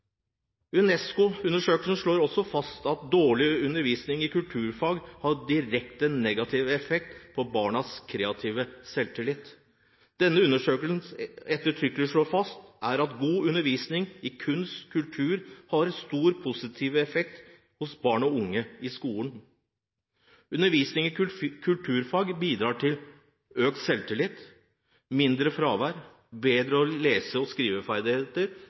etter. UNESCO-undersøkelsen slår også fast at dårlig undervisning i kulturfag har direkte negativ effekt på barnas kreative selvtillit. Det denne undersøkelsen ettertrykkelig slår fast, er at god undervisning i kunst og kultur har store positive effekter på barn og unge i skolen. Undervisning i kulturfag bidrar til økt selvtillit, mindre fravær og bedre lese- og